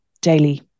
daily